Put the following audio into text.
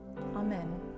amen